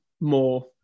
more